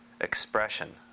expression